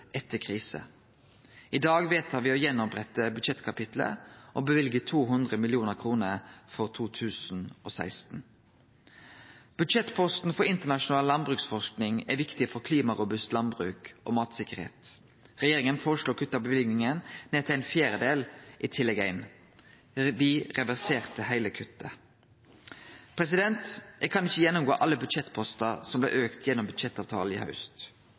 etter kriser. I dag vedtar me å opprette budsjettkapittelet igjen og løyver 200 mill. kr for 2016. Budsjettposten for internasjonal landbruksforsking er viktig for klimarobust landbruk og matsikkerheit. Regjeringa føreslo å kutte løyvinga ned til ein fjerdedel i Tillegg 1. Me reverserte heile kuttet. Eg kan ikkje gjennomgå alle budsjettpostar som blei auka gjennom budsjettavtalen i haust.